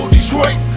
Detroit